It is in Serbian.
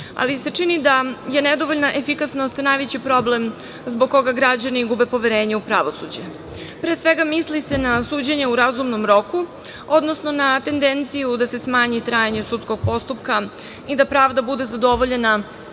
ali se čini da je nedovoljna efikasnost najveći problem zbog koga građani gube poverenje u pravosuđe. Pre svega, misli se na suđenje u razumnom roku, odnosno na tendenciju da se smanji trajanje sudskog postupka i da pravda bude zadovoljena